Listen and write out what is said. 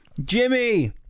Jimmy